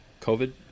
covid